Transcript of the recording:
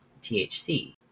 THC